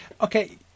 Okay